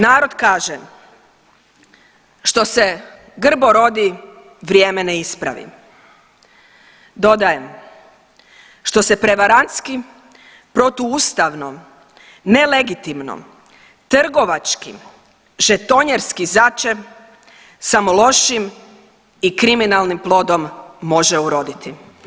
Narod kaže, „Što se grbo rodi vrijeme ne ispravi“, dodajem, što se prevarantski, protuustavno, nelegitimno, trgovački, žetonjerski zače samo lošim i kriminalnim plodom može uroditi.